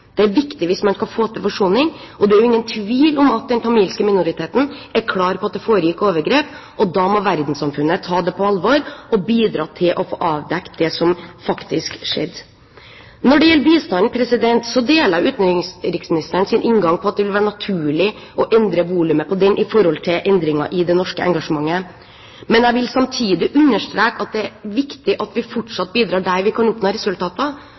Det er viktig hvis man skal få til forsoning. Det er ingen tvil om at den tamilske minoriteten er klar på at det foregikk overgrep, og da må verdenssamfunnet ta det på alvor og bidra til å få avdekket det som faktisk skjedde. Når det gjelder bistand, deler jeg utenriksministerens inngang, at det vil være naturlig å endre volumet på den i forhold til endringer i det norske engasjementet, men jeg vil samtidig understreke at det er viktig at vi fortsatt bidrar der vi kan oppnå resultater,